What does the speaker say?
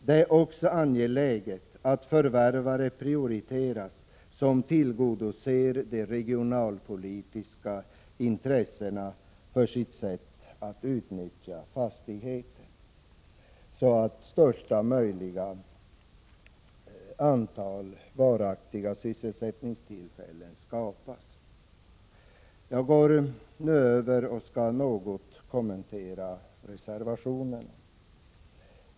Det är också angeläget att förvärvare prioriteras som tillgodoser de regionalpolitiska intressena i sitt sätt att utnyttja fastigheten, så att största möjliga antal varaktiga arbetstillfällen skapas. Jag går nu över till att något kommentera reservationerna.